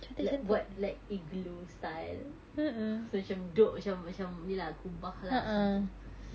like buat like igloo style so macam dok macam macam ni lah kubah macam tu